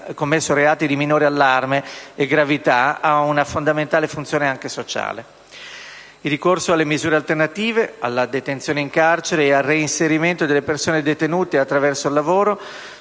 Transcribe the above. Il ricorso alle misure alternative alla detenzione in carcere e al reinserimento delle persone detenute attraverso il lavoro